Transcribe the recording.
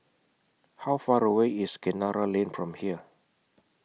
How Far away IS Kinara Lane from here